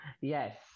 yes